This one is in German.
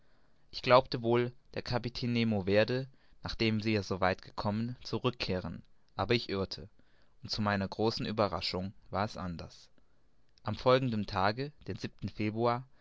ich glaubte wohl der kapitän nemo werde nachdem wir so weit gekommen zurück kehren aber ich irrte und zu meiner großen ueberraschung war es anders am folgenden tage den